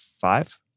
five